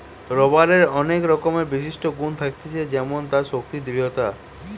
রাবারের অনেক রকমের বিশিষ্ট গুন থাকতিছে যেমন তার শক্তি, দৃঢ়তা